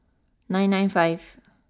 nine nine five